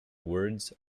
words